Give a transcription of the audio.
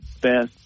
best